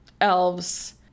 elves